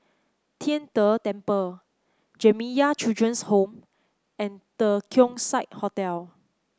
Tian De Temple Jamiyah Children's Home and The Keong Saik Hotel